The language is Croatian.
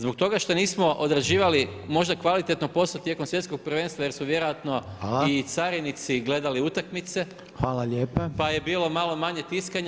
Zbog toga što nismo odrađivali možda kvalitetno posao tijekom svjetskog prvenstva jer su vjerojatno i carinici gledali utakmice pa je bilo malo manje tiskanja.